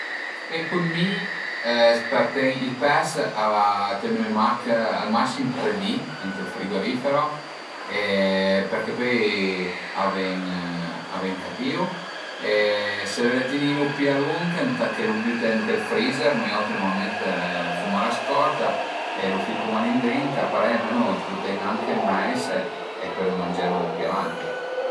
Secund mi për teni, ël pes a ve tenü mach masim tre di ënt ël frigorifero perché pöi a ven a ven catìu e se völe tenilu pi a lunch ëntà che lu büte ënt ël freezer, nui auti nurmalment fuma la scorta e lu ficuma li ëndrinta parei almenu lu tene anche ën meis e pölu mangelu pi avanti